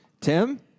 Tim